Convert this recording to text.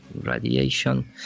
Radiation